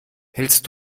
hältst